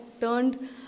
turned